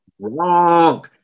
Wrong